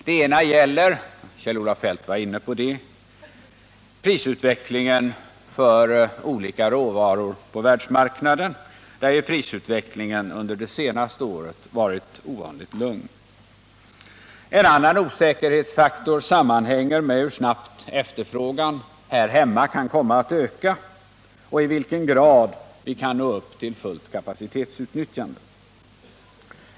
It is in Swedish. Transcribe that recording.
Det ena gäller — Kjell-Olof Feldt var inne på det — prisutvecklingen för olika råvaror på världsmarknaden, och den har under det senaste året varit ovanligt lugn. En annan osäkerhetsfaktor sammanhänger med hur snabbt efterfrågan här hemma kan öka och i vilken grad vi kan nå upp till ett fullt kapacitetsutnyttjande.